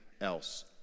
else